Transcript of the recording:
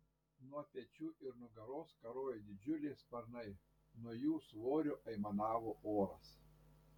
nuo pečių ir nugaros karojo didžiuliai sparnai nuo jų svorio aimanavo oras